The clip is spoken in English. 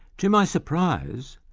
to my surprise,